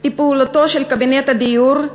היא פעולתו של קבינט הדיור,